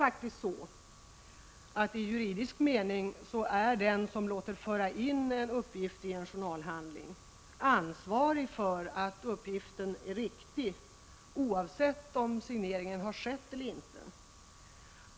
Utskottet säger också att den som låter föra in en uppgift i en journalhandling faktiskt ansvarar i juridisk mening för att uppgiften är riktig — oavsett om signering skett eller inte.